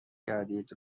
کردید